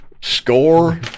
Score